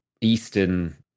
eastern